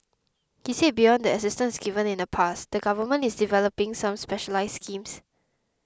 he said beyond the assistance given in the past the Government is developing some specialised schemes